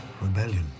Rebellion